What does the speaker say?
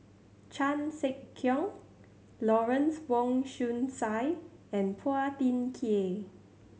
Chan Sek Keong Lawrence Wong Shyun Tsai and Phua Thin Kiay